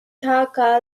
dhaka